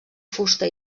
fusta